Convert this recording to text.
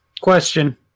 Question